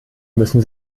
müssen